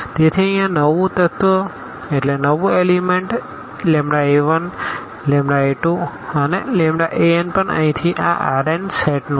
તેથી અહીં આ નવું તત્વ a1a2an પણ અહીં આ Rn સેટનો છે